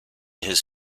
his